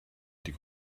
die